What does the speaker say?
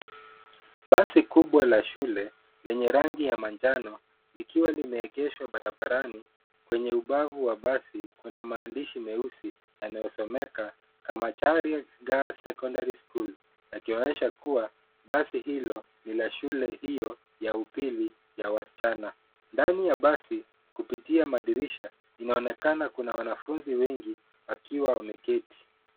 Basi kubwa la shule lenye rangi ya manjano likiwa limeegeshwa barabarani kwenye ubavu wa basi kuna maandishi meusi yanayosomeka Kamacharia Girls Secondary School yakionyesha kuwa basi hilo ni la shule hiyo ya upili ya wasichana. Ndani ya basi kupitia madirisha inaonekana kuna wanafunzi wengi wakiwa wameketi.